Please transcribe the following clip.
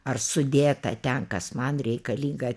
ar sudėta ten kas man reikalinga